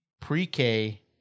pre-K